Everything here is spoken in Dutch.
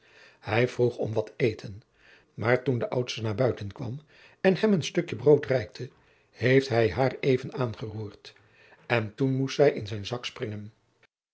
hij vroeg om wat eten maar toen de oudste naar buiten kwam en hem een stukje brood reikte heeft hij haar even aangeroerd en toen moest zij in zijn zak springen